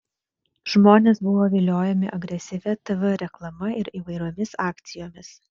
žmonės buvo viliojami agresyvia tv reklama ir įvairiomis akcijomis